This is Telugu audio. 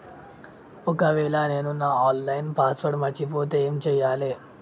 ఒకవేళ నేను నా ఆన్ లైన్ పాస్వర్డ్ మర్చిపోతే ఏం చేయాలే?